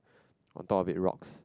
on top of the rocks